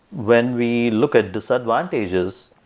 when we look at disadvantages,